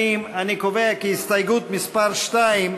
ההסתייגות (2)